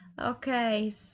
Okay